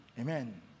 Amen